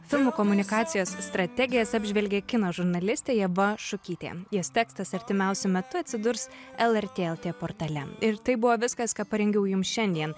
filmų komunikacijos strategijas apžvelgė kino žurnalistė ieva šukytė jos tekstas artimiausiu metu atsidurs lrt lt portale ir tai buvo viskas ką parengiau jums šiandien